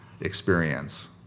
experience